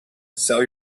sell